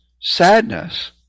sadness